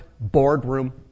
boardroom